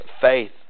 faith